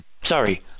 Sorry